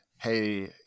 hey